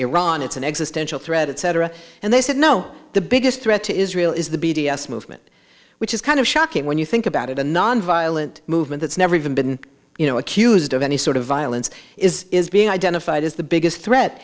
iran it's an existential threat etc and they said no the biggest threat to israel is the b d s movement which is kind of shocking when you think about it a nonviolent movement that's never even been you know accused of any sort of violence is being identified as the biggest threat